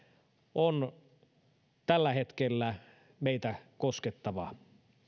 on tällä hetkellä meitä koskettava